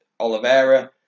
Oliveira